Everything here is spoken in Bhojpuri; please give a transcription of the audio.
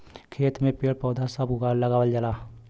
खेत में पेड़ पौधा सभ लगावल जाला